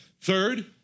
Third